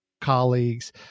colleagues